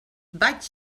vaig